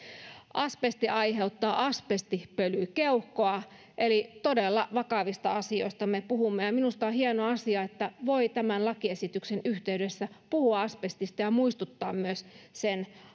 asbesti aiheuttaa asbestipölykeuhkoa eli todella vakavista asioista me puhumme ja minusta on hieno asia että voi tämän lakiesityksen yhteydessä puhua asbestista ja myös muistuttaa sen